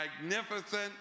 magnificent